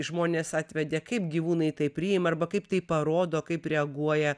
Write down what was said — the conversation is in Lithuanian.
žmonės atvedė kaip gyvūnai tai priima arba kaip tai parodo kaip reaguoja